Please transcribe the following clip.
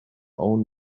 own